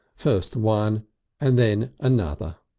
first one and then another.